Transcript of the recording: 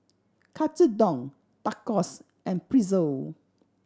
Katsudon Tacos and Pretzel